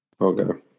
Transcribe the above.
Okay